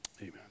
amen